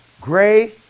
gray